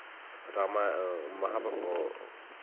रामा वहाँ पर वह